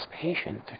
patient